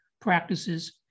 practices